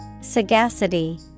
Sagacity